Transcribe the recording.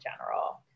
general